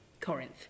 Corinth